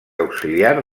auxiliar